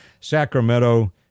Sacramento